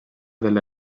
delle